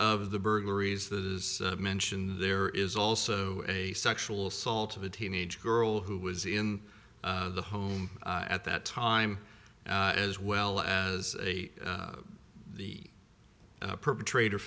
of the burglaries that is mentioned there is also a sexual assault of a teenage girl who was in the home at that time as well as the perpetrator